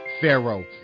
pharaoh